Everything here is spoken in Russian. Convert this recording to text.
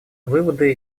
выводы